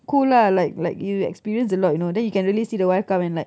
cool lah like like you experience a lot you know then you can really see the wife come and like